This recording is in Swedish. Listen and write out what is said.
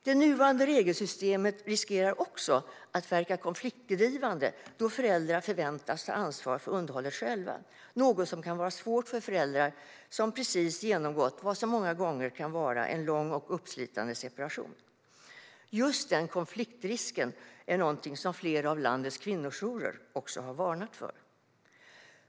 Det nuvarande regelsystemet riskerar också att verka konfliktdrivande, då föräldrar förväntas ta ansvar för underhållet själva, något som kan vara svårt för föräldrar som precis har genomgått vad som många gånger kan vara en lång och uppslitande separation. Just denna konfliktrisk är någonting som också flera av landets kvinnojourer har varnat för.